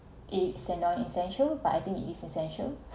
it's an non essential but I think it is essential